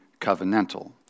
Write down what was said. covenantal